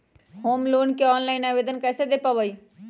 Home loan के online आवेदन कैसे दें पवई?